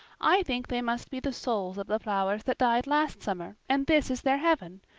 i think they must be the souls of the flowers that died last summer and this is their heaven.